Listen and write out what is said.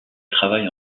travaille